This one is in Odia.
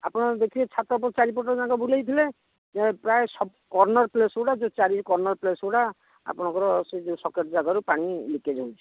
ହଁ ଦେଖିବେ ଛାତ ଉପରେ ଚାରିପଟ ଯାକ ବୁଲାଇଥିଲେ ଯେ ପ୍ରାୟ କର୍ଣ୍ଣର ପ୍ଲେସ୍ ଗୁଡ଼ା ଯେ ଚାରି କର୍ଣ୍ଣର ପ୍ଲେସ୍ ଗୁଡ଼ା ଆପଣଙ୍କର ସେ ଯେଉଁ ସକେଟ୍ ଜାଗାରୁ ପାଣି ଲିକେଜ୍ ହେଉଛି